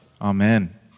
Amen